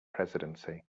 presidency